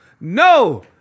No